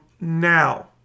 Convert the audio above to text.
now